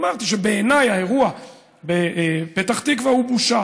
אמרתי שבעיניי האירוע בפתח תקווה הוא בושה,